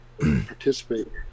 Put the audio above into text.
participate